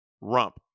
Rump